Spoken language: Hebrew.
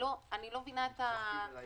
- זה נראה לי